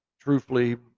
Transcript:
truthfully